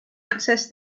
access